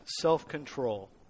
self-control